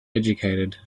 educated